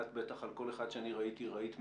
ואת בטח על כל אחד שאני ראיתי ראית 100,